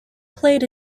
played